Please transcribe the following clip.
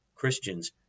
Christians